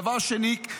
דבר שני,